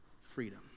freedom